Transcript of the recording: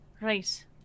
Right